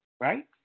right